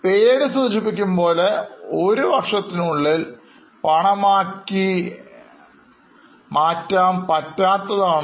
പേര് സൂചിപ്പിക്കും പോലെ ഒരു വർഷത്തിനുള്ളിൽ കാശാക്കാൻ പറ്റാത്തതാണ്